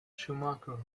schumacher